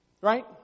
Right